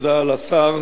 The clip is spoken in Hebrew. תודה לשר.